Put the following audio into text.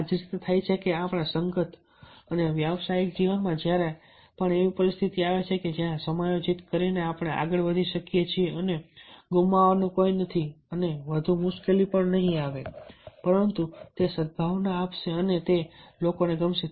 આ રીતે જ થાય છે કે આપણા અંગત વ્યાવસાયિક જીવનમાં જ્યારે પણ એવી પરિસ્થિતિ આવે છે કે જ્યાં સમાયોજિત કરીને આપણે આગળ વધી શકીએ છીએ અને ગુમાવવાનું કંઈ નથી અને વધુ મુશ્કેલીઓ આવશે નહીં પરંતુ તે સદ્ભાવના આપશે અને તે લોકોને ગમશે